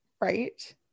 Right